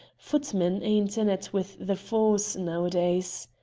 footmen ain't in it with the force, nowadays.